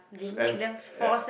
s~ m~ yeah